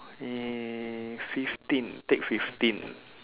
err fifteen take fifteen